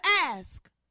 ask